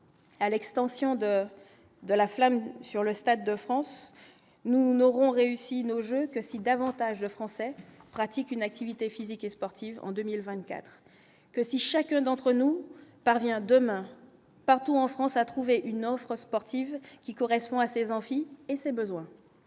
à l'extension de de la flamme sur le Stade de France, nous n'aurons réussi nos innove que si davantage de Français pratiquent une activité physique et sportive en 2024 que si chacun d'entre nous parvient demain partout en France, à trouver une offre sportive qui correspond à ses amphis et ses besoins,